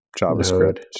JavaScript